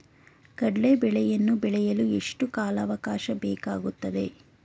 ಕಡ್ಲೆ ಬೇಳೆಯನ್ನು ಬೆಳೆಯಲು ಎಷ್ಟು ಕಾಲಾವಾಕಾಶ ಬೇಕಾಗುತ್ತದೆ?